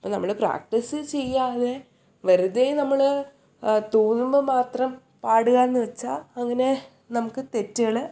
അപ്പോൾ നമ്മൾ പ്രാക്റ്റീസ് ചെയ്യാതെ വെറുതെ നമ്മൾ തോന്നുമ്പോൾ മാത്രം പാടുക എന്നുവെച്ചാൽ അങ്ങനെ നമുക്ക് തെറ്റുകൾ